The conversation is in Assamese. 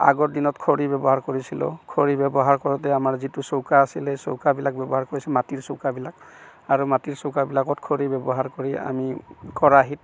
আগৰ দিনত খৰি ব্যৱহাৰ কৰিছিলোঁ খৰি ব্যৱহাৰ কৰোঁতে আমাৰ যিটো চৌকা আছিল সেই চৌকাবিলাক ব্যৱহাৰ কৰিছিল মাটিৰ চৌকাবিলাক আৰু মাটিৰ চৌকাবিলাকত খৰি ব্যৱহাৰ কৰি আমি কেৰাহিত